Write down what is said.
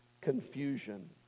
confusion